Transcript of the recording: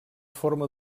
forma